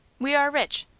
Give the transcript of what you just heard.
we are rich.